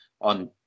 on